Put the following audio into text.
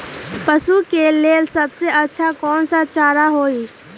पशु के लेल सबसे अच्छा कौन सा चारा होई?